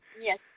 Yes